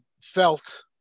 felt